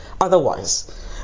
otherwise